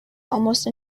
almost